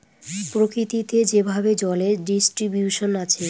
প্রকৃতিতে যেভাবে জলের ডিস্ট্রিবিউশন আছে